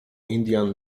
indian